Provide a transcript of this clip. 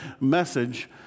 message